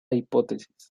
hipótesis